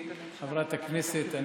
חברת הכנסת,